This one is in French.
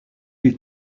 les